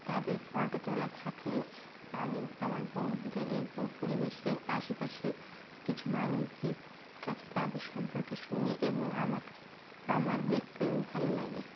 তাদের ফটো তোলা থাকলে আমি আমার বন্ধুদের এবং পরিবেশের আশেপাশের কিছু মানুষদের কাছে তাদের সম্পর্কে শুনি এবং আমাকে আমার দেখতেও ভালো লাগে